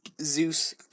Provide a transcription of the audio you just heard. Zeus